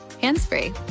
hands-free